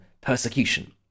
persecution